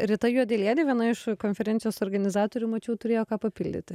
rita juodelienė viena iš konferencijos organizatorių mačiau turėjo ką papildyti